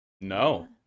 No